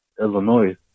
Illinois